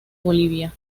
bolivia